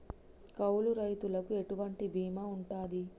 కౌలు రైతులకు ఎటువంటి బీమా ఉంటది?